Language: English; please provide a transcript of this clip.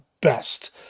best